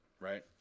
right